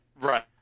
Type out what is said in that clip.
Right